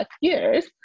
years